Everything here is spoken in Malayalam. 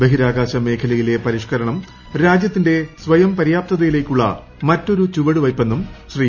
ബഹിരാകാശ മേഖലയിലെ പരിഷ്കരണം രാജ്യത്തിന്റെ സ്വയം പര്യാപ്തയിലേക്കുള്ള മറ്റൊരു ചുപ്പൂടുവയ്പ്പെന്നും ശ്രീ